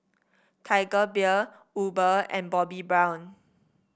Tiger Beer Uber and Bobbi Brown